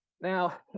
Now